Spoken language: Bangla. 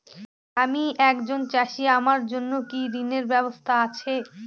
আমি একজন চাষী আমার জন্য কি ঋণের ব্যবস্থা আছে?